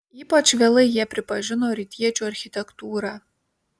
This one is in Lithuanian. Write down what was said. ypač vėlai jie pripažino rytiečių architektūrą